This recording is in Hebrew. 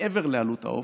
מעבר לעלות העוף,